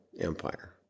empire